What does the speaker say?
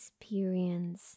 experience